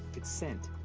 it's sent.